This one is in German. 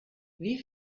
wie